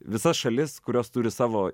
visas šalis kurios turi savo